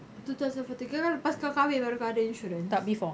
two thousand fourteen kira lepas kau kahwin baru ada insurance